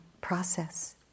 process